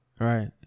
right